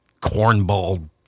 cornball